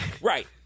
Right